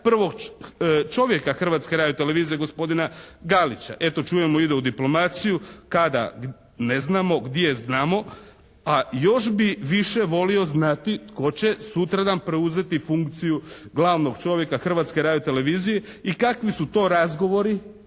prvog čovjeka Hrvatske radiotelevizije gospodina Galića. Eto čujemo ide u diplomaciju. Kada? Ne znamo. Gdje? Znamo. A još bi više volio znati tko će sutradan preuzeti funkciju glavnog čovjeka Hrvatske radiotelevizije i kakvi su to razgovori